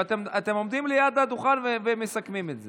אתם עומדים ליד הדוכן ומסכמים את זה.